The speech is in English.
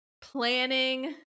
planning